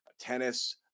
tennis